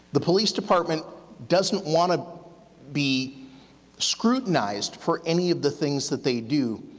the police department doesn't want to be scrutinized for any of the things that they do,